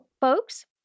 folks